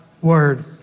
word